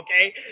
okay